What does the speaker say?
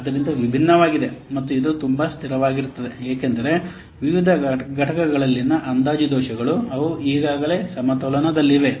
ಆದ್ದರಿಂದ ವಿಭಿನ್ನವಾಗಿದೆ ಮತ್ತು ಇದು ತುಂಬಾ ಸ್ಥಿರವಾಗಿರುತ್ತದೆ ಏಕೆಂದರೆ ವಿವಿಧ ಘಟಕಗಳಲ್ಲಿನ ಅಂದಾಜು ದೋಷಗಳು ಅವು ಈಗಾಗಲೇ ಸಮತೋಲನದಲ್ಲಿವೆ